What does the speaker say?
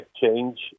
change